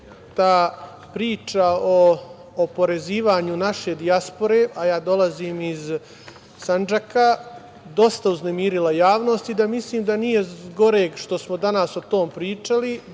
ta priča o oporezivanju naše dijaspore, a ja dolazim iz Sandžaka, dosta uznemirila javnost i da mislim da nije zgoreg što smo danas o tome pričali,